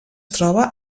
troba